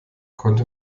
konnte